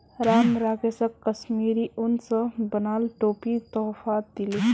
राम राकेशक कश्मीरी उन स बनाल टोपी तोहफात दीले